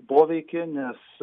poveikį nes